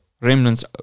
remnants